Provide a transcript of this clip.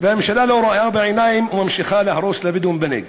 והממשלה לא רואה בעיניים וממשיכה להרוס לבדואים בנגב.